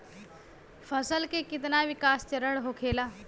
फसल के कितना विकास चरण होखेला?